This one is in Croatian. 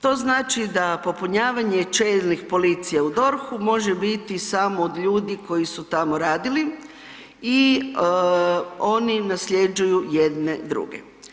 To znači da popunjavanje čelnih policija u DORH-u može biti samo od ljudi koji su tamo radili i oni nasljeđuju jedne druge.